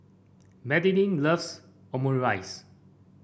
Madeline loves Omurice